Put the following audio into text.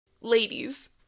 ladies